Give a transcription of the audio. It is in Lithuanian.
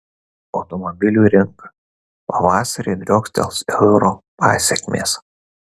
automobilių rinka pavasarį driokstels euro pasekmės